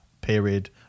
period